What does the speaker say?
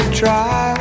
try